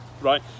right